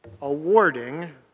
awarding